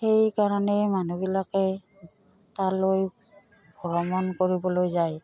সেইকাৰণেই মানুহবিলাকে তালৈ ভ্ৰমণ কৰিবলৈ যায়